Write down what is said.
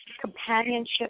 companionship